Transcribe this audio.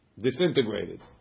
Disintegrated